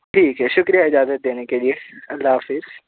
ٹھیک ہے شکریہ اجازت دینے کے لیے اللہ حافظ